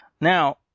Now